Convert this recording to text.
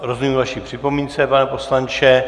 Rozumím vaší připomínce, pane poslanče.